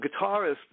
guitarist